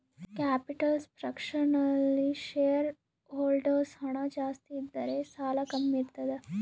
capital structure ನಲ್ಲಿ shareholders ಹಣ ಜಾಸ್ತಿ ಇದ್ದರೆ ಸಾಲ ಕಮ್ಮಿ ಇರ್ತದ